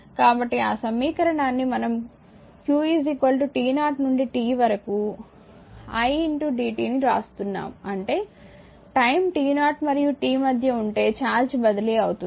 కాబట్టి ఆ సమీకరణాన్ని మనం q t0 నుండి t వరకు i dt ని వ్రాస్తున్నాము అంటే టైమ్ t0 మరియు t మధ్య ఉంటే ఛార్జ్ బదిలీ అవుతుంది